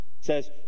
says